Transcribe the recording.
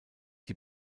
die